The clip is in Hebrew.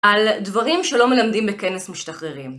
על דברים שלא מלמדים בכנס משתחררים.